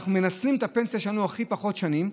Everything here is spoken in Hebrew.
אנחנו מנצלים את הפנסיה שלנו הכי פחות שנים.